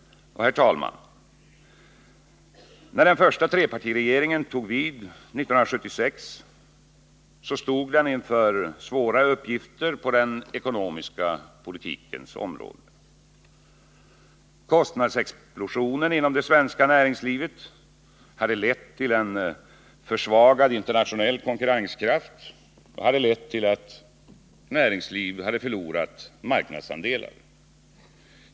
Herr talman! När den första trepartiregeringen tog vid 1976, stod den inför svåra uppgifter på den ekonomiska politikens område. Kostnadsexplosionen inom det svenska näringslivet hade lett till en försvagad internationell konkurrenskraft och till att näringslivet förlorat marknadsandelar.